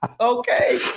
Okay